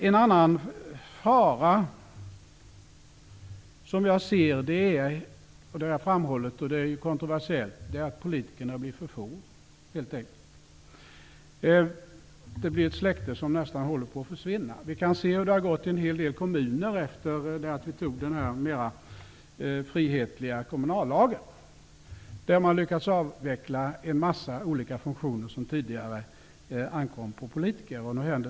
En annan fara som jag har framhållit och som är kontroversiellt, är att politikerna blir för få. Det blir ett släkte som nästan håller på att försvinna. Vi kan se hur det har gått i en del kommuner efter det att den mera frihetliga kommunallagen antogs. Där har en mängd funktioner som tidigare ankom på politiker avvecklats.